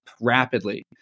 rapidly